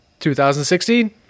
2016